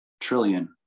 trillion